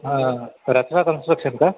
हां रत्ना कस्ट्रक्शन का